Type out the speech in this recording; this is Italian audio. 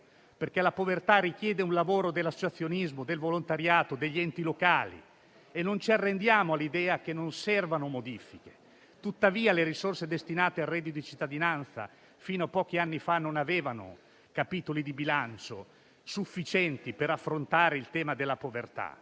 perché la povertà richiede un lavoro dell'associazionismo, del volontariato, degli enti locali e non ci arrendiamo all'idea che non servano modifiche. Tuttavia, le risorse destinate al reddito di cittadinanza fino a pochi anni fa non avevano capitoli di bilancio sufficienti per affrontare il tema della povertà.